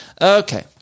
Okay